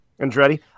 Andretti